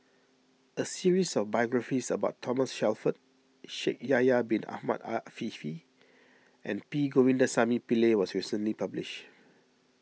a series of biographies about Thomas Shelford Shaikh Yahya Bin Ahmed Afifi and P Govindasamy Pillai was recently published